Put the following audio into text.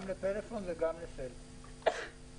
גם לפלאפון וגם לסלקום.